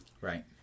Right